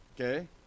okay